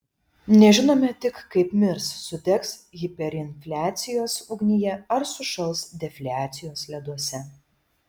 nežinome tik kaip mirs sudegs hiperinfliacijos ugnyje ar sušals defliacijos leduose